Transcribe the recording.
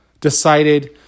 decided